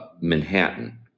Manhattan